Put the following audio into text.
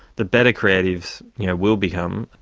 the better creatives will become,